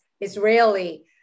Israeli